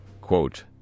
Quote